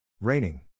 Raining